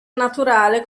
naturale